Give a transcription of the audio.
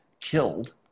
killed